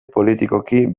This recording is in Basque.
politikoki